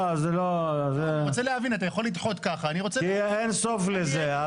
כי אין סוף לזה.